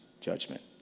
judgment